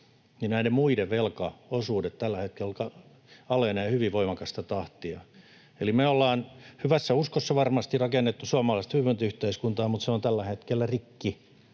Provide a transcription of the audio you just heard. niin näiden muiden velkaosuudet tällä hetkellä alenevat hyvin voimakasta tahtia. Eli me ollaan varmasti hyvässä uskossa rakennettu suomalaista hyvinvointiyhteiskuntaa, mutta se on tällä hetkellä rikki.